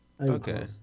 Okay